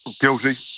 Guilty